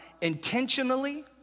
intentionally